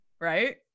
right